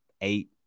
eight